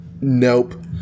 Nope